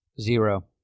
Zero